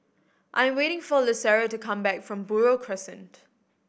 I am waiting for Lucero to come back from Buroh Crescent